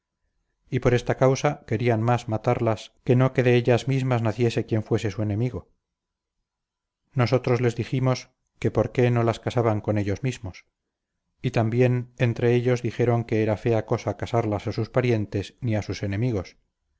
y por esta causa querían más matarlas que no que de ellas mismas naciese quien fuese su enemigo nosotros les dijimos que por qué no las casaban con ellos mismos y también entre ellos dijeron que era fea cosa casarlas a sus parientes ni a sus enemigos